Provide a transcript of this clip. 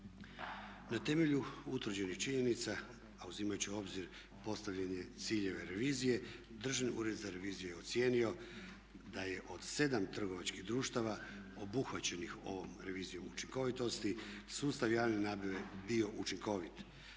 Na temelju utvrđenih činjenica a uzimajući u obzir postavljene ciljeve revizije Državni ured za reviziju je ocijenio da je od 7 trgovačkih društava obuhvaćenih ovom revizijom učinkovitosti sustav javne nabave bio učinkovit.